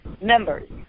members